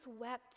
wept